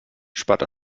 spart